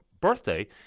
birthday